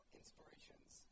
inspirations